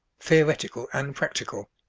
theoretical and practical.